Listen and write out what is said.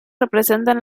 representan